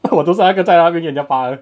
我就是那个站在那边给人家巴的